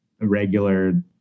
regular